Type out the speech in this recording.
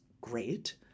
great